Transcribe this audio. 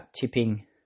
tipping